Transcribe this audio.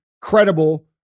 credible